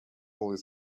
always